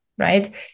right